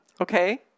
Okay